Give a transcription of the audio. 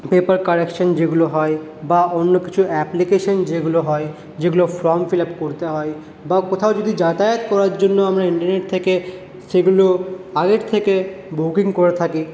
paper correction যেগুলো হয় বা অন্যকিছু অ্যাপ্লিকেশন যেগুলো হয় যেগুলো ফর্ম ফিল আপ করতে হয় বা কোথাও যদি যাতায়াত করার জন্য আমরা ইন্টারনেট থেকে সেগুলো আগের থেকে বুকিং করে থাকি